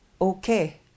okay